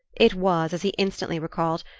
it was, as he instantly recalled,